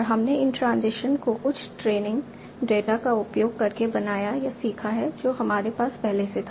और हमने इन ट्रांजिशन को कुछ ट्रेनिंग डेटा का उपयोग करके बनाया या सीखा है जो हमारे पास पहले से था